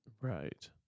Right